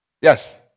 Yes